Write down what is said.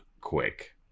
quick